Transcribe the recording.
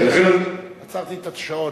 עצרתי את השעון.